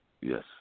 Yes